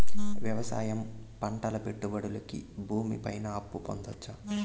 వ్యవసాయం పంటల పెట్టుబడులు కి భూమి పైన అప్పు పొందొచ్చా?